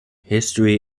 history